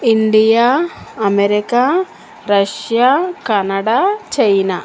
India America Russia Canada China